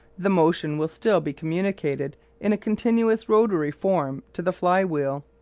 the motion will still be communicated in a continuous rotary form to the fly-wheel.